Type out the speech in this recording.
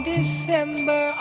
December